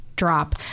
drop